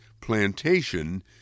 plantation